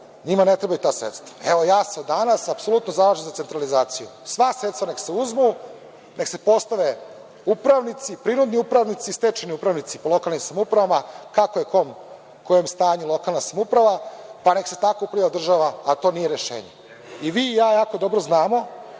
njima ne trebaju ta sredstva. Evo, ja se danas apsolutno zalažem za centralizaciju. Sva sredstva nek se uzmu, nek se postave upravnici, prinudni upravnici, stečajni upravnici po lokalnim samoupravama, kako je u kom stanju lokalna samouprava, pa neka se tako upravlja državom, ali to nije rešenje.I vi i ja dobro znamo